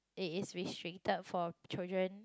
it is restricted for children